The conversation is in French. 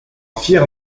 fier